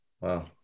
Wow